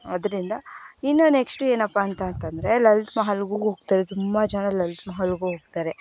ಅದರಿಂದ ಇನ್ನು ನೆಕ್ಸ್ಟು ಏನಪ್ಪಾ ಅಂತಂತಂದರೆ ಲಲಿತ ಮಹಲ್ಲಿಗೂ ಹೋಗ್ತಾರೆ ತುಂಬ ಜನ ಲಲಿತ ಮಹಲ್ಲಿಗೂ ಹೋಗ್ತಾರೆ